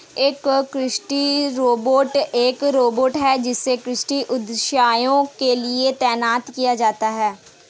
एक कृषि रोबोट एक रोबोट है जिसे कृषि उद्देश्यों के लिए तैनात किया जाता है